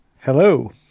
Hello